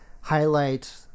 highlight –